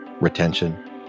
Retention